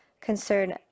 concern